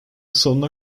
sonuna